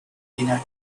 beginner